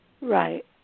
Right